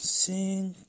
sing